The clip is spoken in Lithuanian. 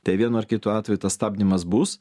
tai vienu ar kitu atveju tas stabdymas bus